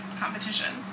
competition